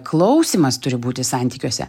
klausymas turi būti santykiuose